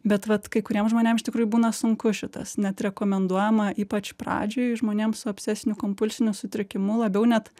bet vat kai kuriem žmonėm iš tikrųjų būna sunku šitas net rekomenduojama ypač pradžioj žmonėm su obsesiniu kompulsiniu sutrikimu labiau net